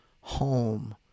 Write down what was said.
home